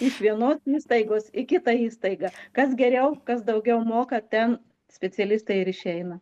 iš vienos įstaigos į kitą įstaigą kas geriau kas daugiau moka ten specialistai ir išeina